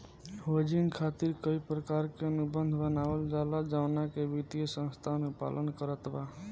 hedging खातिर कई प्रकार के अनुबंध बनावल जाला जवना के वित्तीय संस्था अनुपालन करत बा